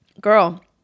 Girl